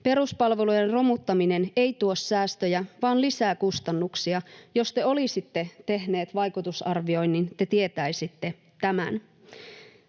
Peruspalvelujen romuttaminen ei tuo säästöjä vaan lisää kustannuksia. Jos te olisitte tehneet vaikutusarvioinnin, te tietäisitte tämän.